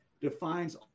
defines